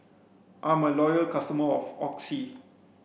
I'm a loyal customer of Oxy